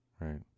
Right